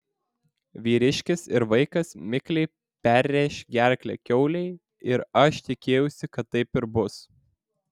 vyriškis ir vaikas mikliai perrėš gerklę kiaulei ir aš tikėjausi kad taip ir bus